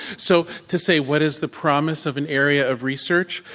so, to say, what is the promise of an area of research?